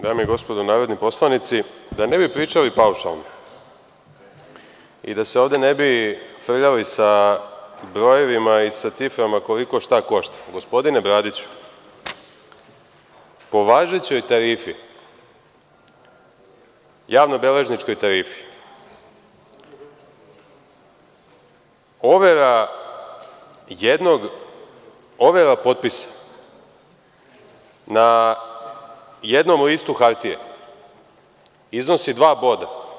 Dame i gospodo narodni poslanici, da ne bi pričali paušalno i da se ovde ne bi frljali sa brojevima i sa ciframa koliko šta košta, gospodine Bradiću, po važećoj tarifi, javnobeležničkoj tarifi, overa jednog potpisa na jednom listu hartije iznosi dva boda.